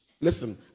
Listen